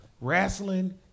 Wrestling